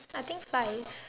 I think five